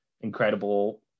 incredible